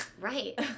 right